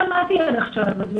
הזאת.